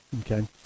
okay